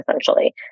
essentially